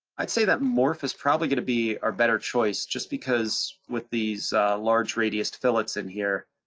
i'd say that morph is probably gonna be our better choice, just because with these large radiused fillets in here,